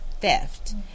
theft